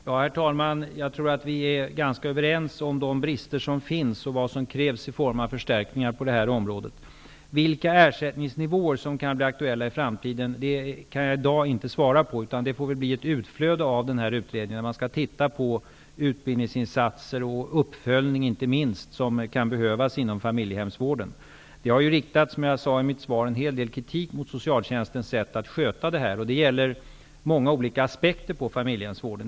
Herr talman! Jag tror att vi är ganska överens om de brister som finns och vad som krävs i form av förstärkningar på detta område. Vilka ersättningsnivåer som kan bli aktuella i framtiden kan jag i dag inte säga. Det får bli ett utflöde av utredningen. Man skall titta på de utbildningsinsatser och inte minst den uppföljning som kan behövas inom familjehemsvården. Som jag sade i mitt svar har det riktats en hel del kritik mot socialtjänstens sätt att sköta detta. Det gäller många olika aspekter av familjehemsvården.